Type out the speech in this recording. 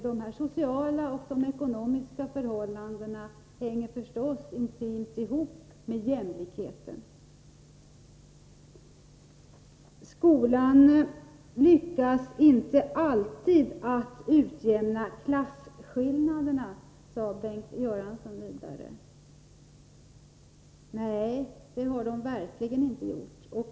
Dessa sociala och ekonomiska förhållanden hänger förstås intimt ihop med jämlikheten. Skolan lyckas inte alltid utjämna klasskillnaderna, sade Bengt Göransson vidare. Nej, det har den verkligen inte gjort.